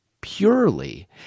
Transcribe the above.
purely